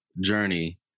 journey